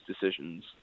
decisions